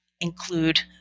include